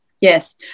yes